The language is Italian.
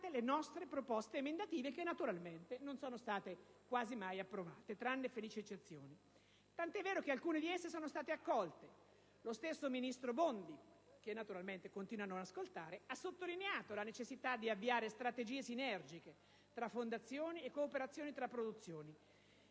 le nostre proposte emendative, che naturalmente non sono state quasi mai approvate, tranne felici eccezioni, tant'è vero che alcune di esse sono state accolte. Lo stesso ministro Bondi - che naturalmente continua a non ascoltare - ha sottolineato la necessità di avviare strategie sinergiche tra fondazioni e cooperazioni tra produzioni: